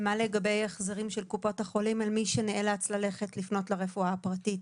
ומה לגבי החזרים של קופות החולים למי שנאלץ ללכת לפנות לרפואה הפרטית?